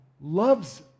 loves